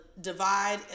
Divide